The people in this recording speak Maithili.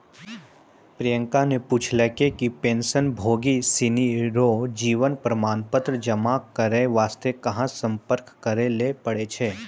प्रियंका ने पूछलकै कि पेंशनभोगी सिनी रो जीवन प्रमाण पत्र जमा करय वास्ते कहां सम्पर्क करय लै पड़ै छै